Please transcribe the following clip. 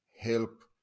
help